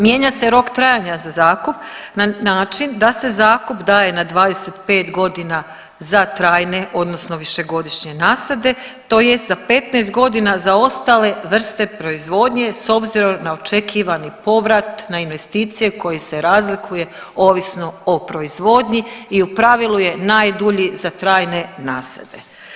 Mijenja se rok trajanja za zakup na način da se zakup daje na 25.g. za trajne odnosno višegodišnje nasade tj. za 15.g. za ostale vrste proizvodnje s obzirom na očekivani povrat na investicije koji se razlikuje ovisno o proizvodnji i u pravilu je najdulji za trajne nasade.